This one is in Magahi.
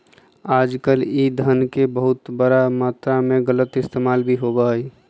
आजकल ई धन के बहुत बड़ा मात्रा में गलत इस्तेमाल भी होबा हई